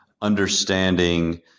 understanding